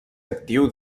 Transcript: actiu